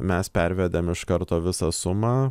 mes pervedėm iš karto visą sumą